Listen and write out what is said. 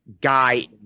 guy